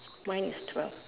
mine is twelve